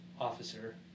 officer